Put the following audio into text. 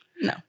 No